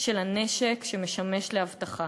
של הנשק שמשמש לאבטחה.